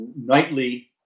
Nightly